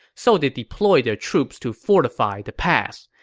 so they deployed their troops to fortify the pass.